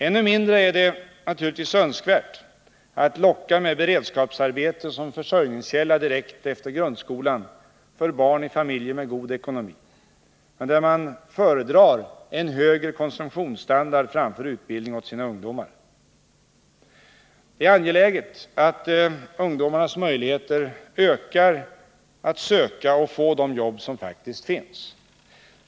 Än mindre önskvärt är det naturligtvis att locka med beredskapsarbete som försörjningskälla direkt efter grundskolan för barn i familjer med god ekonomi men där man föredrar en högre konsumtionsstandard framför utbildning åt sina ungdomar. Det är angeläget att ungdomarnas möjligheter att söka och få de jobb som faktiskt finns ökar.